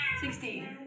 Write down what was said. Sixteen